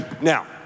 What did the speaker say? Now